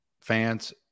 Fans